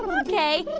um ok.